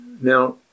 now